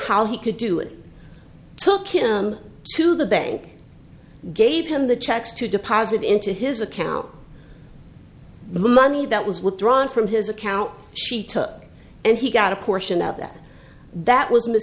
how he could do it took him to the bank gave him the checks to deposit into his account the money that was withdrawn from his account she took and he got a portion of that that was